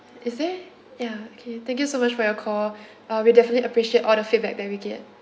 is there ya okay thank you so much for your call uh we definitely appreciate all the feedback that we get